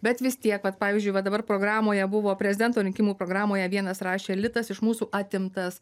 bet vis tiek vat pavyzdžiui va dabar programoje buvo prezidento rinkimų programoje vienas rašė litas iš mūsų atimtas